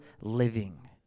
living